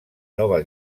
nova